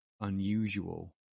unusual